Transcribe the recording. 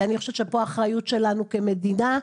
אני חושבת שפה האחריות שלנו כמדינה,